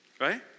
right